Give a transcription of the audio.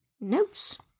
notes